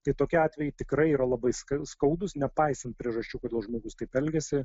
tai tokie atvejai tikrai yra labai skau skaudus nepaisant priežasčių kodėl žmogus taip elgiasi